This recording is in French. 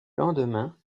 lendemain